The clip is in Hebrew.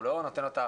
הוא לא נותן הצעה